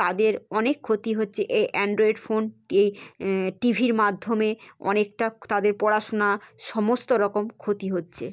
তাদের অনেক ক্ষতি হচ্ছে এই অ্যান্ড্রয়েড ফোন পেয়ে টি ভির মাধ্যমে অনেকটা তাদের পড়াশোনা সমস্ত রকম ক্ষতি হচ্ছে